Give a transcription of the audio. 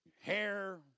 hair